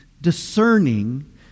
discerning